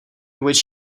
which